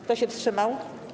Kto się wstrzymał?